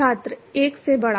छात्र 1 से बड़ा